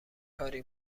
کاری